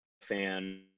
fan